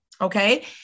Okay